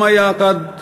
מי אמור